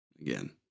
Again